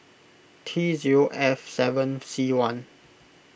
T zero F seven C one